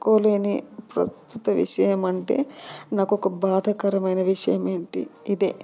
చెప్పుకోలేని ప్రస్తుత విషయం అంటే నాకు ఒక బాధాకరమైన విషయం ఏమిటి ఇదే